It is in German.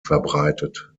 verbreitet